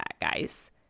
guys